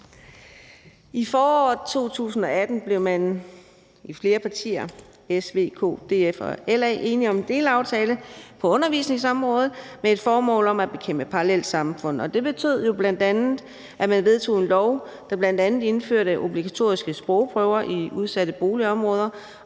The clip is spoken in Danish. I foråret 2018 blev man i flere partier – S, V, KF, DF og LA – enige om en delaftale på undervisningsområdet med det formål at bekæmpe parallelsamfund. Og det betød jo bl.a., at man vedtog en lov, der indførte obligatoriske sprogprøver i udsatte boligområder